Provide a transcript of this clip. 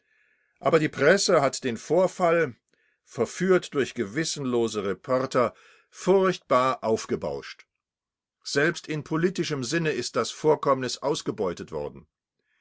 aber die presse hat den vorfall verführt durch gewissenlose reporter furchtbar aufgebauscht bauscht selbst in politischem sinne ist das vorkommnis ausgebeutet worden